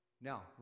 Now